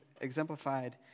exemplified